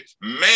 man